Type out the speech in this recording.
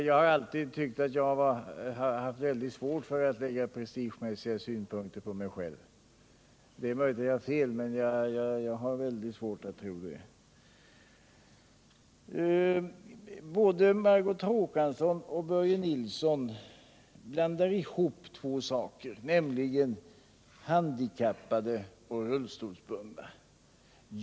Jag har alltid haft mycket svårt att lägga prestigemässiga synpunkter på mig själv. Det är möjligt att jag har fel, men jag har svårt att tro det. Både Margot Håkansson och Börje Nilsson blandar ihop två saker, nämligen handikappade och rullstolsbundna.